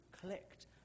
clicked